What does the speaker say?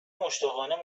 مشتاقانه